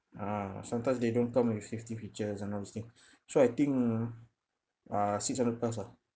ah sometimes they don't come with safety features and all this thing so I think uh six hundred plus lah